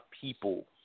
people